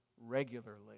regularly